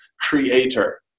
creator